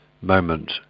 moment